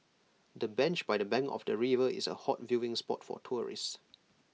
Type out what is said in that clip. the bench by the bank of the river is A hot viewing spot for tourists